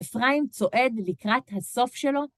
אפרים צועד לקראת הסוף שלו.